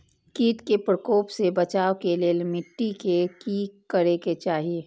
किट के प्रकोप से बचाव के लेल मिटी के कि करे के चाही?